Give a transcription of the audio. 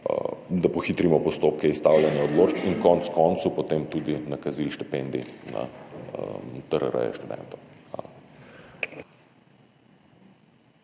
da pohitrimo postopke izstavljanja odločb in konec koncev potem tudi nakazil štipendij na TRR-je študentov.